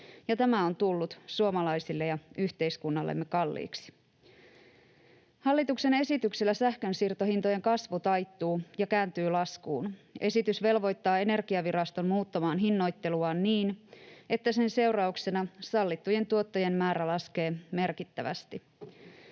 tämä on tullut suomalaisille ja yhteiskunnallemme kalliiksi. Hallituksen esityksellä sähkönsiirtohintojen kasvu taittuu ja kääntyy laskuun. Esitys velvoittaa Energiaviraston muuttamaan hinnoitteluaan niin, että sen seurauksena sallittujen tuottojen määrä laskee merkittävästi.